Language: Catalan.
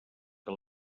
que